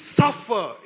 suffer